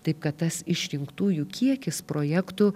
taip kad tas išrinktųjų kiekis projektų